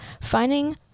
finding